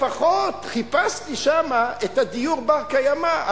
לפחות חיפשתי שם את הדיור הבר-קיימא.